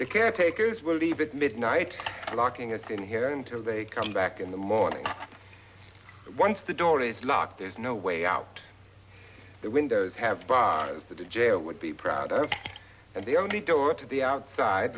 that caretakers will leave it midnight locking it in here until they come back in the morning once the door is locked there's no way out the windows have the jail would be proud and the only door to the outside